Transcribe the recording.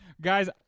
Guys